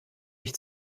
mich